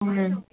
ꯎꯝ